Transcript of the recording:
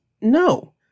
no